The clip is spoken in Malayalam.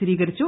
സ്ഥിരീകരിച്ചു